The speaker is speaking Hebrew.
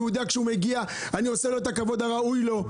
והוא יודע כשהוא מגיע אני עושה לו את הכבוד הראוי לו.